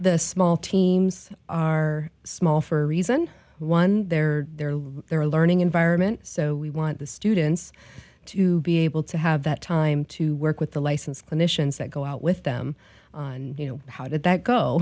the small teams are small for a reason one they're there they're a learning environment so we want the students to be able to have that time to work with the licensed clinicians that go out with them on you know how did that go